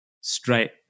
straight